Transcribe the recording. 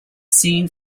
seen